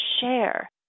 share